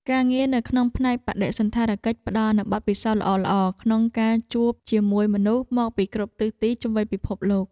ការងារនៅក្នុងផ្នែកបដិសណ្ឋារកិច្ចផ្តល់នូវបទពិសោធន៍ល្អៗក្នុងការជួបជាមួយមនុស្សមកពីគ្រប់ទិសទីជុំវិញពិភពលោក។